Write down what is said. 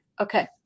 Okay